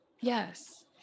Yes